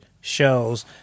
shows